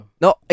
No